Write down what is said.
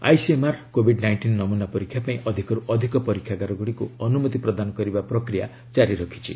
ICMR COVID nineteen ନମୁନା ପରୀକ୍ଷା ପାଇଁ ଅଧିକର୍ ଅଧିକ ପରୀକ୍ଷାଗାରଗୁଡ଼ିକୁ ଅନୁମତି ପ୍ରଦାନ କରିବା ପ୍ରକ୍ରିୟା ଜାରି ରଖିଛି